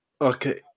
Okay